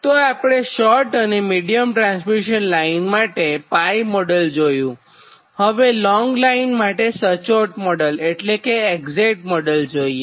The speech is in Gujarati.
તો આપણે શોર્ટ અને મિડીયમ ટ્રાન્સમિશન લાઇન માટે 𝜋 મોડેલ જોયું હવે લોંગ લાઇન માટે સચોટ મોડેલ જોઇએ